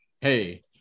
hey